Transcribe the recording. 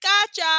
gotcha